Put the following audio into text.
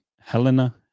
Helena